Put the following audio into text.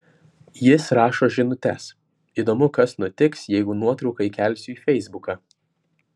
jis rašo žinutes įdomu kas nutiks jeigu nuotrauką įkelsiu į feisbuką